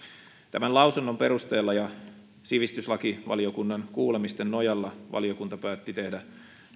tämän lausunnon perusteella sekä sivistys ja perustuslakivaliokuntien kuulemisten nojalla valiokunta päätti tehdä